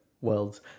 worlds